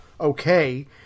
okay